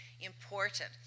important